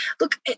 Look